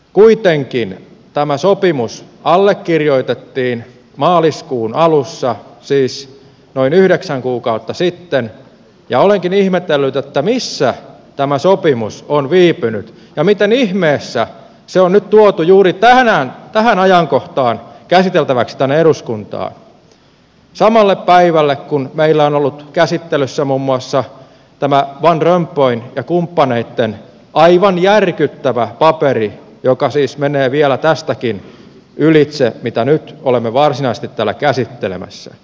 kuitenkin tämä sopimus allekirjoitettiin maaliskuun alussa siis noin yhdeksän kuukautta sitten ja olenkin ihmetellyt missä tämä sopimus on viipynyt ja miten ihmeessä se on nyt tuotu juuri tähän ajankohtaan käsiteltäväksi tänne eduskuntaan samalle päivälle kun meillä on ollut käsittelyssä muun muassa van rompuyn ja kumppaneitten aivan järkyttävä paperi joka siis menee vielä tästäkin ylitse mitä nyt olemme varsinaisesti täällä käsittelemässä